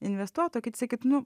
investuot o kiti sakytų nu